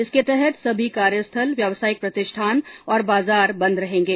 इसके तहत सभी कार्यस्थल व्यवसायिक प्रतिष्ठान और बाजार बंद रहेंगे